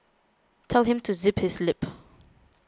tell him to zip his lip